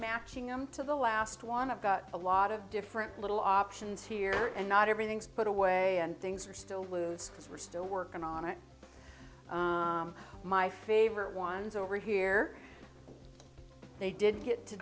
matching them to the last one of got a lot of different little options here and not everything's put away and things are still loose as we're still working on it my favorite ones over here they did get to